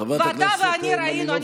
ואתה ואני ראינו,